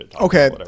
Okay